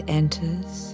enters